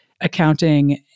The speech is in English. accounting